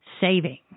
saving